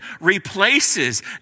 replaces